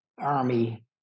army